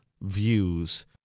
views